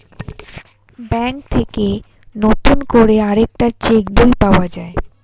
bank থেকে নতুন করে আরেকটা চেক বই পাওয়া যায়